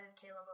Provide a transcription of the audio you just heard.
Caleb